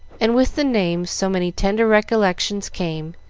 and with the name so many tender recollections came,